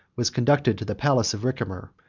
was conducted to the palace of ricimer,